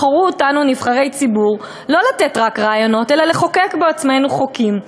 בחרו אותנו לנבחרי ציבור לא רק לתת רעיונות אלא לחוקק בעצמנו חוקים,